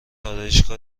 آرایشگاه